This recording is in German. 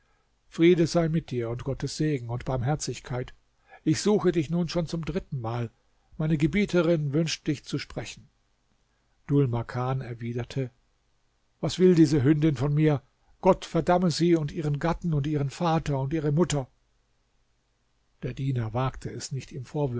friede sei mit dir und gottes segen und barmherzigkeit ich suche dich nun schon zum drittenmal meine gebieterin wünscht dich zu sprechen dhul makan erwiderte was will diese hündin von mir gott verdamme sie und ihren gatten und ihren vater und ihre mutter der diener wagte es nicht